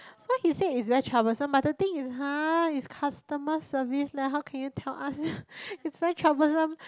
so he said it's very troublesome but the thing is !huh! it's customer service leh how can you tell us it's very troublesome